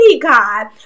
god